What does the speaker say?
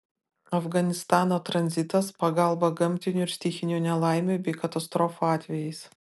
afganistano tranzitas pagalba gamtinių ir stichinių nelaimių bei katastrofų atvejais